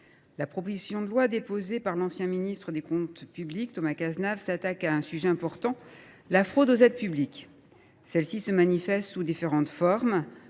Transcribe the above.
la proposition de loi déposée par l’ancien ministre chargé des comptes publics Thomas Cazenave s’attaque à un sujet important : la fraude aux aides publiques. Celle ci se manifeste sous différentes formes